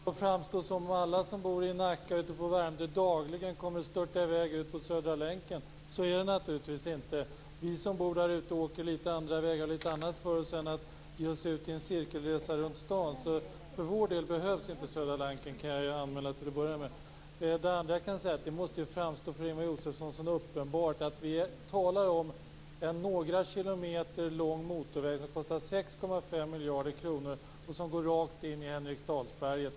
Fru talman! Ingemar Josefsson får det att framstå som om alla som bor i Nacka och Värmdö dagligen kommer att störta i väg på Södra länken. Så är det naturligtvis inte. Vi som bor där åker litet andra vägar och har litet annat för oss än att ge oss ut i en cirkelresa runt stan, så för vår del behövs inte Södra länken. Det kan jag till att börja med anmäla. Det andra jag kan säga är att det måste framstå för Ingemar Josefsson som uppenbart att vi talar om en några kilometer lång motorväg som kostar 6,5 miljarder kronor och som går rakt in i Henriksdalsberget.